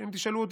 שאם תשאלו אותי,